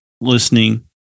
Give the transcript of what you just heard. listening